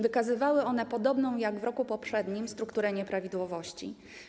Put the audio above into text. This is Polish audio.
Wykazywały one podobną jak w roku poprzednim strukturę nieprawidłowości.